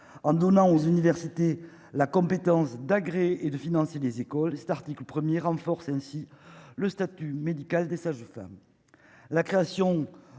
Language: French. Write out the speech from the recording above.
en donnant aux universités la compétence d'agréer de financer des écoles cet article 1er renforce ainsi le statut médical des sages-femmes, la création